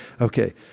Okay